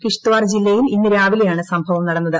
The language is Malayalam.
കിഷ്ത്വാർ ജില്ലയിൽ ഇന്ന് രാവിലെയാണ് സംഭവം നടന്നത്